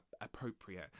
appropriate